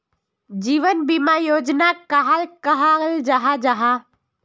जीवन बीमा योजना कहाक कहाल जाहा जाहा?